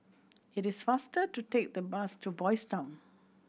it is faster to take the bus to Boys' Town